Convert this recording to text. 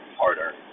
harder